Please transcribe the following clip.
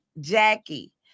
Jackie